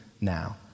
now